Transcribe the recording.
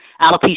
alopecia